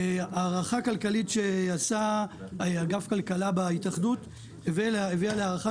הערכה כלכלית שעשה אגף כלכלה בהתאחדות הביאה להערכה